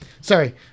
sorry